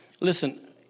Listen